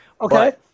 Okay